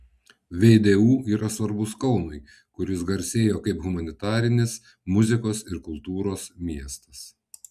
vdu yra svarbus kaunui kuris garsėjo kaip humanitarinis muzikos ir kultūros miestas